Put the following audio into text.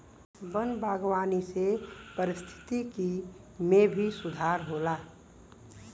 वन बागवानी से पारिस्थिकी में भी सुधार होला